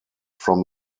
from